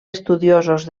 estudiosos